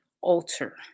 alter